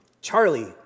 Charlie